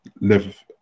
live